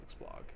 blog